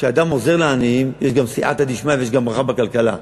כשאדם עוזר לעניים יש גם סייעתא דשמיא ויש גם ברכה בכלכלה,